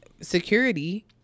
security